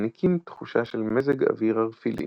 מעניקים תחושה של מזג אוויר ערפילי.